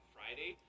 Friday